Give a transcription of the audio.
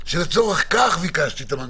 כל חברי הוועדה יקבלו את נימוקי ההחלטה מהממשלה,